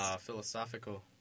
philosophical